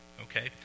Okay